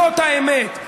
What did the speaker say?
זאת האמת.